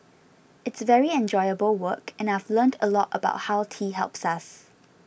it's very enjoyable work and I've learnt a lot about how tea helps us